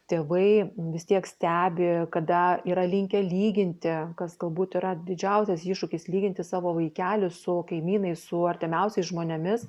tėvai vis tiek stebi kada yra linkę lyginti kas galbūt yra didžiausias iššūkis lyginti savo vaikelį su kaimynais su artimiausiais žmonėmis